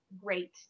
great